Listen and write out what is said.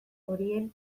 horien